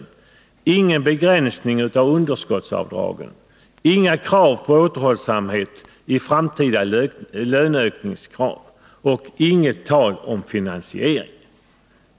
Andra slutsatser är: ingen begränsning av underskottsavdragen, inga krav på återhållsamhet i framtida löneökningskrav och ingen finansiering.